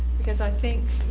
cause i think,